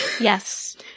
Yes